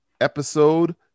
episode